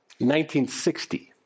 1960